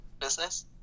business